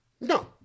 No